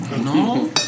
No